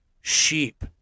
Sheep